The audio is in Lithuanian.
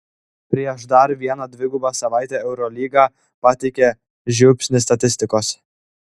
prieš dar vieną dvigubą savaitę eurolyga pateikia žiupsnį statistikos